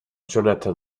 jonathan